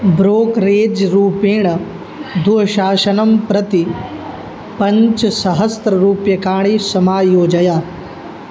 brokerage रूपेण दुःशासनं प्रति पञ्चसहस्ररूप्यकाणि समायोजय